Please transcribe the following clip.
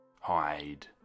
Hide